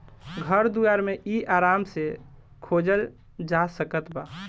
घर दुआर मे इ आराम से खोजल जा सकत बा